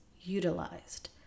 utilized